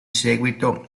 seguito